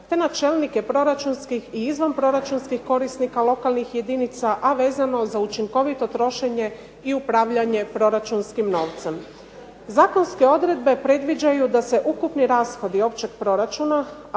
te na čelnike proračunskih i izvanproračunskih korisnika lokalnih jedinica, a vezano za učinkovito trošenje i upravljanje proračunskih novcem. Zakonske odredbe predviđaju da se ukupni rashodi općeg proračuna,